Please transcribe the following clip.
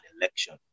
election